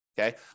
okay